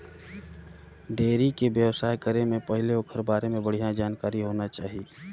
dairy के बेवसाय करे ले पहिले ओखर बारे में बड़िहा जानकारी होना चाही